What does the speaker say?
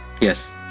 Yes